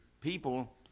people